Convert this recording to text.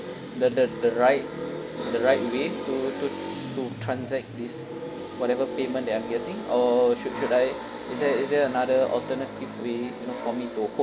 the the the right the right way to to to transact this whatever payment that I'm getting or should should I is there is there another alternative way you know for me to